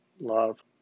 love